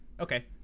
Okay